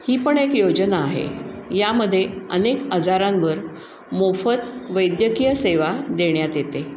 ही पण एक योजना आहे यामध्ये अनेक आजारांवर मोफत वैद्यकीय सेवा देण्यात येते